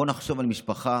בואו נחשוב על משפחה